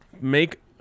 make